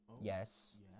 Yes